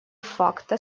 факто